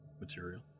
material